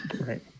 Right